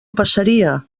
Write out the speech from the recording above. passaria